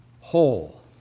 whole